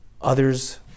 others